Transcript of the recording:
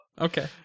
Okay